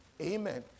Amen